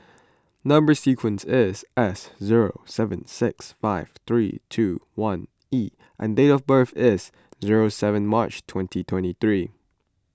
Number Sequence is S zero seven six five three two one E and date of birth is zero seven March twenty twenty three